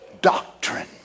doctrine